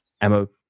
ammo